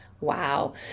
Wow